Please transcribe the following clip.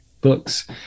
books